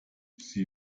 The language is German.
sie